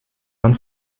man